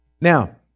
Now